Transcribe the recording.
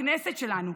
הכנסת שלנו.